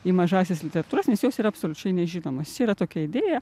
į mažąsias literatūras nes jos yra absoliučiai nežinomos tokia idėja